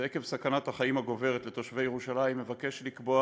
ועקב סכנת החיים הגוברת לתושבי ירושלים אבקש לקבוע